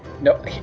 No